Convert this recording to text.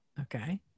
okay